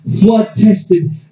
flood-tested